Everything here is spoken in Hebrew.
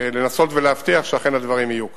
לנסות ולהבטיח שאכן הדברים יהיו כך.